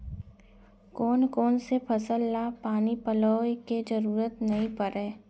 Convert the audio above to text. कोन कोन से फसल ला पानी पलोय के जरूरत नई परय?